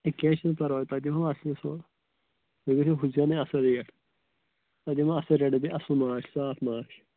A کینٛہہ چھِنہٕ پَرواے تۄہہِ دِمہو اَصلِس ہُہ تُہۍ گژھِوٕ ہُتہِ زینٕنۍ اَصٕل ریٹ تۄہہِ دِمہو اَصٕل ریٹ بیٚیہِ اَصٕل ماچھ صاف ماچھ